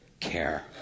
care